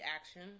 action